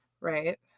right